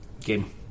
game